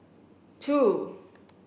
two